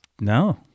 No